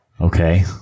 Okay